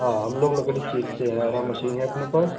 हाँ हम लोग लकड़ी चीरते है आरा मशीन है अपने पास